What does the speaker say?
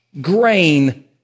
grain